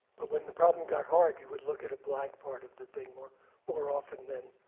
but when the problem got hard, you would look at a blank part of the thing more more often than